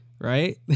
right